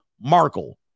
Markle